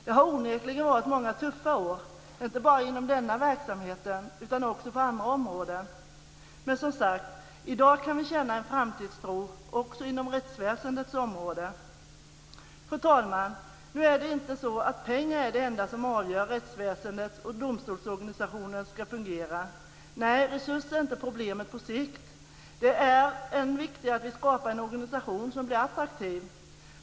Det har onekligen varit många tuffa år inte bara inom denna verksamhet utan också på andra områden. Men som sagt, i dag kan vi känna en framtidstro också på rättsväsendets område. Fru talman! Nu är det inte så att pengar är det enda som avgör om rättsväsendet och domstolsorganisationen ska fungera. Resurser är inte problemet på sikt. Det är än viktigare att vi skapar en organisation som blir attraktiv.